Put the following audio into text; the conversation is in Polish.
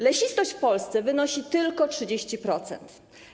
Lesistość w Polsce wynosi tylko 30%.